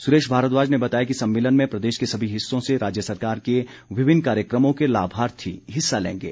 सुरेश भारद्वाज ने बताया कि सम्मेलन में प्रदेश के सभी हिस्सों से राज्य सरकार के विभिन्न कार्यक्रमों के लाभार्थी हिस्सा लेंगे